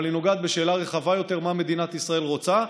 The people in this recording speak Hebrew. אבל היא נוגעת בשאלה רחבה יותר: מה מדינת ישראל רוצה,